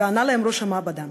וענה לו ראש המעבדה: